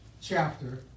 chapter